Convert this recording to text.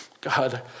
God